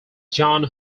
john